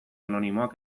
anonimoak